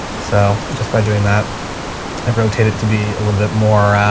so just by doing that i rotate it to be a little bit more